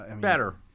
Better